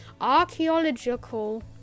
Archaeological